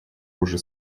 уже